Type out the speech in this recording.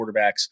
quarterbacks